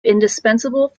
indispensable